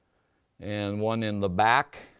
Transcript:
and one in the back.